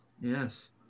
yes